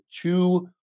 two